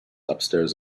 upstairs